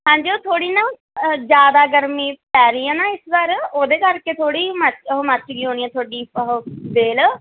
ਹਾਂਜੀ ਉਹ ਥੋੜ੍ਹੀ ਨਾ ਜ਼ਿਆਦਾ ਗਰਮੀ ਪੈ ਰਹੀ ਹੈ ਨਾ ਇਸ ਵਾਰ ਉਹਦੇ ਕਰਕੇ ਥੋੜ੍ਹੀ ਮੱਚ ਉਹ ਮੱਚ ਗਈ ਹੋਣੀ ਆ ਤੁਹਾਡੀ ਉਹ ਬੇਲ